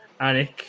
Anik